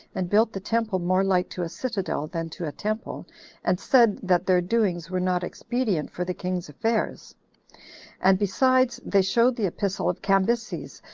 and built the temple more like to a citadel than to a temple and said, that their doings were not expedient for the king's affairs and besides, they showed the epistle of cambyses,